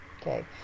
Okay